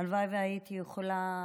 הלוואי שהייתי יכולה